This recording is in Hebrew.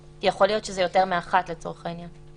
כי יכול להיות שזה יותר מאחת לצורך העניין.